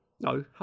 No